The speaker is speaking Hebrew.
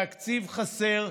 תקציב חסר,